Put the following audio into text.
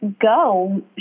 go